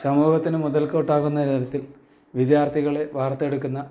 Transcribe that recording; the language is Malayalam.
സമൂഹത്തിനു മുതൽക്കൂട്ടാകുന്ന തരത്തിൽ വിദ്യാർത്ഥികളെ വാർത്തെടുക്കുന്ന